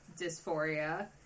dysphoria